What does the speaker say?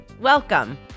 welcome